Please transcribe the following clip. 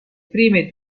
prime